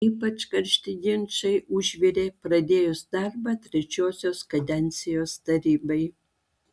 ypač karšti ginčai užvirė pradėjus darbą trečiosios kadencijos tarybai